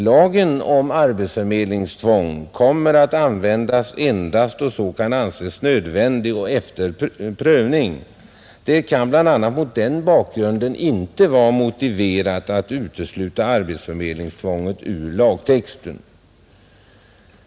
Lagen om arbetsförmedlingstvång kommer att användas endast då så kan anses nödvändigt och efter prövning. Det kan bl.a. mot den bakgrunden inte vara motiverat att utesluta arbetsförmedlingstvånget ur lagtexten.